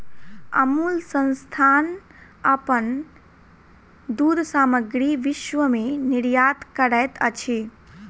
अमूल संस्थान अपन दूध सामग्री विश्व में निर्यात करैत अछि